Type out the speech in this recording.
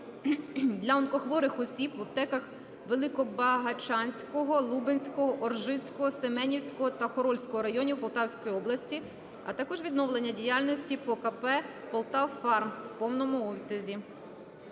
для онкохворих осіб у аптеках Великобагачанського, Лубенського, Оржицького, Семенівського та Хорольського районів Полтавської області, а також відновлення діяльності ПОКП "ПОЛТАВАФАРМ" в повному обсязі.